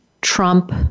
trump